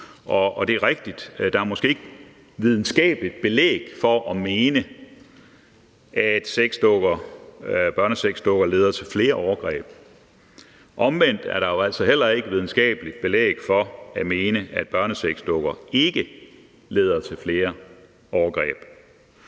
Det er rigtigt, at der måske ikke er videnskabeligt belæg for at mene, at børnesexdukker leder til flere overgreb. Omvendt er der jo altså heller ikke videnskabeligt belæg for at mene, at børnesexdukker ikke leder til flere overgreb.